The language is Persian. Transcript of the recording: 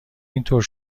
اینطور